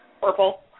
purple